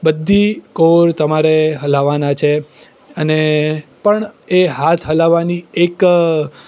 બધી કોર તમારે હલાવવાના છે અને પણ એ હાથ હલાવવાની એક